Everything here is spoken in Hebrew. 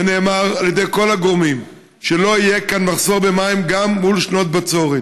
ונאמר על ידי כל הגורמים שלא יהיה כאן מחסור במים גם מול שנות בצורת,